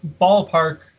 ballpark